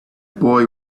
boy